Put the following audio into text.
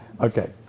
Okay